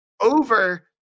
over